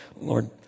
Lord